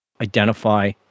identify